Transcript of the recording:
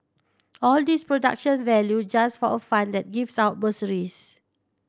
all this production value just for a fund that gives out bursaries